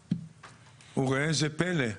וראה איזה פלא,